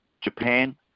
Japan